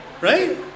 right